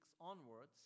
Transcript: onwards